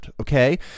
Okay